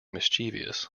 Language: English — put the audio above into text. mischievous